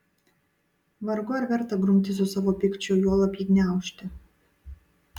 vargu ar verta grumtis su savo pykčiu juolab jį gniaužti